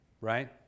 right